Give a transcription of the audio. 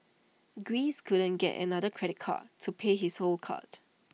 Greece couldn't get another credit card to pay his old cards